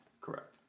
Correct